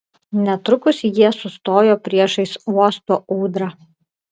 netrukus jie sustojo priešais uosto ūdrą